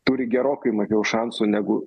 turi gerokai mažiau šansų negu